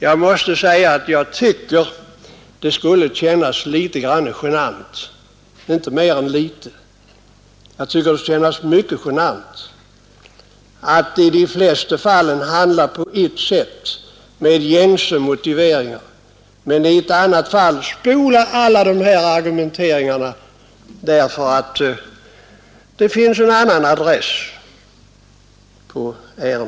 Jag måste säga att jag tycker att det borde kännas genant — att i de flesta fallen handla på ett sätt med gängse motiveringar men i ett annat fall spola alla dessa argumenteringar därför att ärendet kommer från en annan adress.